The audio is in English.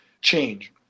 change